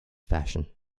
fashion